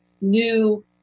new